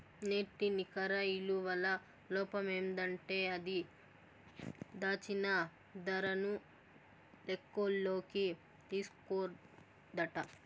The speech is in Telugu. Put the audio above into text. నేటి నికర ఇలువల లోపమేందంటే అది, దాచిన దరను లెక్కల్లోకి తీస్కోదట